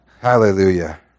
hallelujah